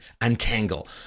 untangle